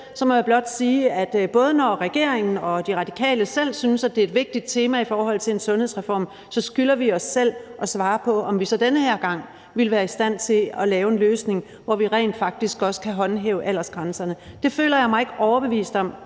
– må jeg blot sige, at når både regeringen og De Radikale selv synes, at det er et vigtigt tema i forhold til en sundhedsreform, så skylder vi os selv at svare på, om vi så den her gang vil være i stand til at lave en løsning, hvor vi rent faktisk også kan håndhæve aldersgrænserne. Det føler jeg mig ikke overbevist om,